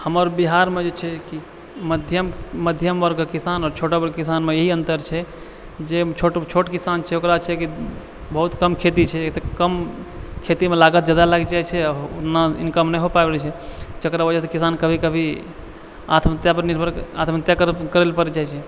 हमर बिहारमे जे छै कि मध्यम वर्गके किसान आओर छोटा वर्गके किसानमे इएह अन्तर छै जे छोट किसान छै ओकरा छै कि बहुत कम खेती छै तऽ कम खेतीवलाके ज्यादा लागि जाइ छै आओर ओतना इनकम नहि हो पाबै छै जकरा वजहसँ किसान कभी कभी आत्महत्या करैलए पड़ि जाइ छै